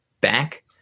back